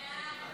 ההצעה